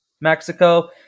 Mexico